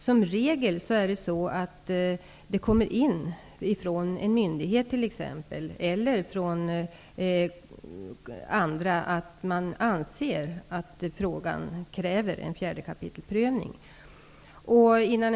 Som regel är det en myndighet eller någon annan som anser att frågan kräver en prövning enligt 4 kap. naturresurslagen.